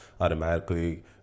automatically